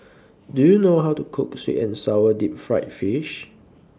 Do YOU know How to Cook Sweet and Sour Deep Fried Fish